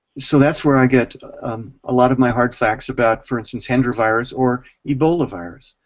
so that's where i get a lot of my hard facts about, for instance hendra virus or ebola virus.